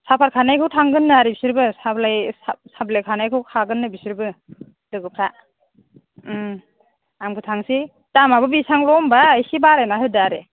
सापात खानायखौ थांगोननो आरो बिसोरबो साह बिलाइ खानायखौ हागोननो बिसोरबो लोगोफ्रा आंबो थांनोसै दामआबो बेसांल' होनबा एसे बारायना होदो आरो